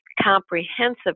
comprehensive